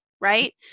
right